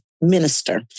minister